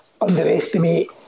underestimate